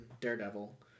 Daredevil